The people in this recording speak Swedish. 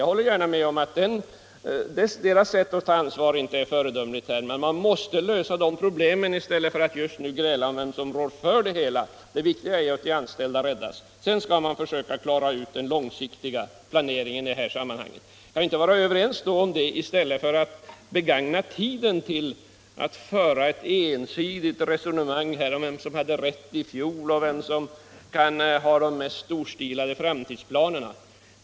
Jag håller gärna med om att varvens sätt att ta ansvar inte är föredömligt. Men man måste lösa de problemen i stället för att just nu gräla om vem som rår för det hela. Det viktiga är att de anställdas jobb räddas. Sedan får man försöka göra en långsiktig planering. Kan vi då inte vara överens om detta, i stället för att begagna tiden till att föra ett ensidigt resonemang om vem som hade rätt i fjol och vem som har de mest storstilade framtidsplanerna?